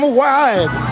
wide